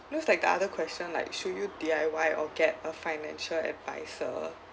looks like the other question like should you D_I_Y or get a financial advisor